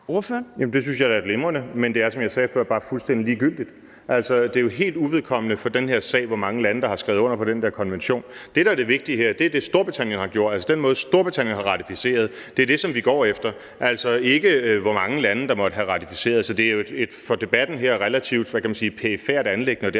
det synes jeg da er glimrende. Men det er, som jeg sagde før, bare fuldstændig ligegyldigt. Altså, det er jo helt uvedkommende for den her sag, hvor mange lande der har skrevet under på den her konvention. Det, der er det vigtige her, er det, Storbritannien har gjort, altså den måde, Storbritannien har ratificeret på. Det er det, som vi går efter, og ikke, hvor mange lande der måtte have ratificeret. Så det er jo for debatten her et relativt, hvad kan man sige, perifert anliggende,